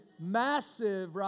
massive